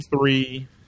three